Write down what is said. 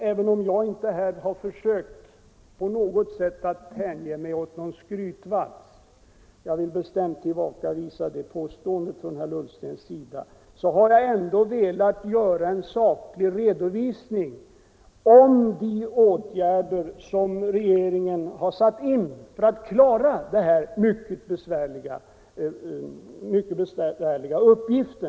Även om jag inte här försökt att på något sätt hänge mig åt någon skrytvals — jag vill bestämt tillbakavisa detta påstående från herr Ullstens sida — så har jag ändå velat ge en saklig redovisning av de åtgärder som regeringen har satt in för att klara denna mycket besvärliga uppgift.